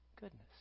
goodness